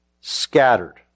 scattered